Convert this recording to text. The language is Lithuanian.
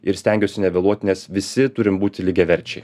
ir stengiuosi nevėluoti nes visi turim būti lygiaverčiai